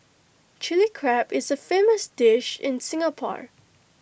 Chilli Crab is A famous dish in Singapore